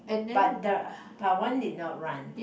but the Pawan did not run